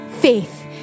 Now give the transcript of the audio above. faith